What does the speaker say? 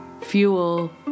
fuel